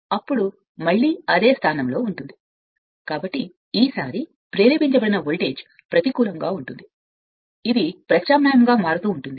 అప్పుడు మళ్ళీ మీరు అదే స్థానం అని పిలుస్తారు కాబట్టి ఈసారి మీరు వోల్టేజ్ అని పిలుస్తారు ఇది తిరిగేటప్పుడు ప్రత్యామ్నాయంగా ప్రతికూలంగా ఉంటుంది